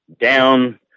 Down